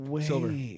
Silver